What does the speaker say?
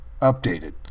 Updated